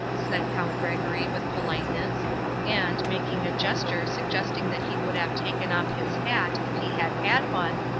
said count gregory, with politeness and, making a gesture suggesting that he would have taken off his hat if he had had one,